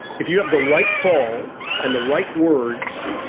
if you have the right call and the right words.